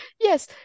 yes